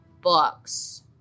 books